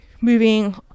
moving